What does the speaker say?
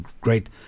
great